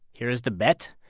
here is the bet.